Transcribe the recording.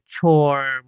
chore